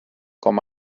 com